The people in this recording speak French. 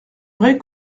vrai